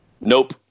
Nope